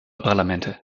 parlamente